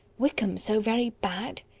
wickham so very bad!